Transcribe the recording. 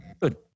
Good